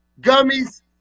gummies